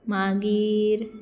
मागीर